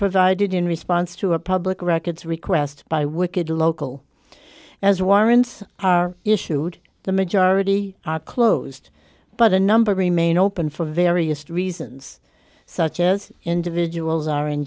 provided in response to a public records request by wicked local as warrants are issued the majority are closed but the number remain open for various reasons such as individuals are in